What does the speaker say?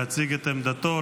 להציג את עמדתו.